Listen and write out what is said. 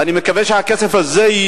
ואני מקווה שהכסף הזה,